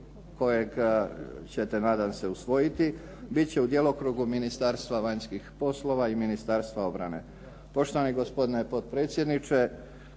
kojeg ćete nadam se usvojiti bit će u djelokrugu Ministarstva vanjskih poslova i Ministarstva obrane. Poštovani gospodine potpredsjedniče,